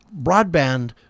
broadband